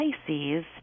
Pisces